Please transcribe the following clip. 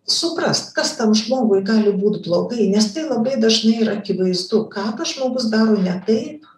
suprast kas tam žmogui gali būt blogai nes tai labai dažnai yra akivaizdu ką tas žmogus daro ne taip